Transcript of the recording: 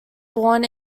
born